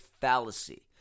fallacy